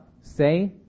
say